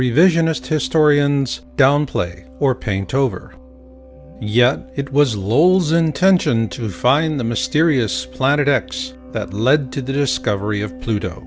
revisionist historians downplay or paint over yet it was lola's intention to find the mysterious planet x that led to the discovery of pluto